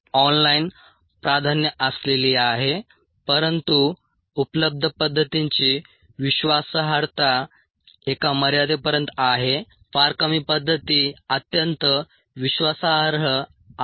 on line प्राधान्य असलेली आहे परंतु उपलब्ध पद्धतींची विश्वासार्हता एका मर्यादेपर्यंत आहे फार कमी पद्धती अत्यंत विश्वासार्ह आहेत